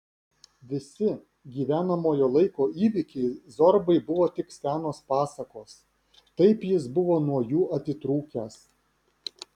visi gyvenamojo laiko įvykiai zorbai buvo tik senos pasakos taip jis buvo nuo jų atitrūkęs